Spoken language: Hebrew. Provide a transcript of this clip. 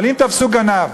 אבל אם תפסו גנב,